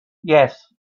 yes